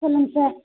சொல்லுங்கள் சார்